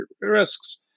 risks